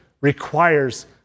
requires